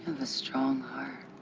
a strong heart.